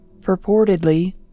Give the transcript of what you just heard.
Purportedly